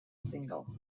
single